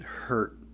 hurt